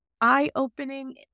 eye-opening